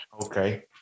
Okay